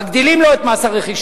מגדילים לו את מס הרכישה,